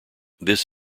this